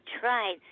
tried